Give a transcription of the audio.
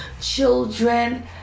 children